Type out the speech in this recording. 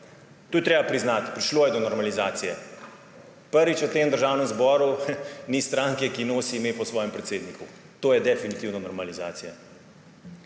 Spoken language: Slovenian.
To je treba priznati, prišlo je do normalizacije. Kot prvo v tem državnem zboru ni stranke, ki nosi ime po svojemu predsedniku. To je definitivno normalizacija.